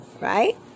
right